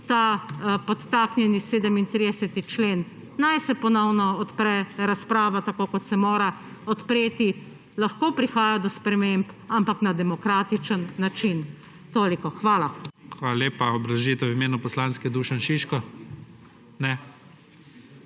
ta podtaknjeni 37. člen. Naj se ponovno odpre razprava, tako kot se mora odpreti. Lahko prihaja do sprememb, ampak na demokratičen način. Toliko, hvala. **PREDSEDNIK IGOR ZORČIČ:** Hvala lepa. Obrazložitev v imenu poslanske Dušan Šiško? Ne.